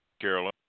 Carolyn